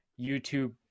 YouTube